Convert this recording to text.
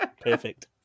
perfect